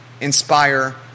inspire